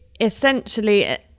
essentially